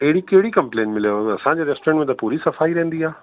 त अहिड़ी कहिड़ी कंप्लेन मिलयव असांजे रेस्टोरेंट में त पूरी सफ़ाई रहंदी आहे